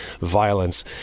violence